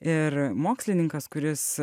ir mokslininkas kuris